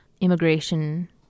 immigration